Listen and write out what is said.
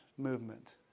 movement